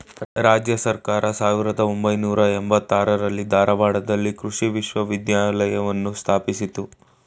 ರಾಜ್ಯ ಸರ್ಕಾರ ಸಾವಿರ್ದ ಒಂಬೈನೂರ ಎಂಬತ್ತಾರರಲ್ಲಿ ಧಾರವಾಡದಲ್ಲಿ ಕೃಷಿ ವಿಶ್ವವಿದ್ಯಾಲಯವನ್ನು ಸ್ಥಾಪಿಸಿತು